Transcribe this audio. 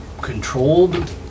controlled